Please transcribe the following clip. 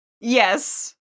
Yes